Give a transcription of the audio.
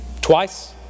Twice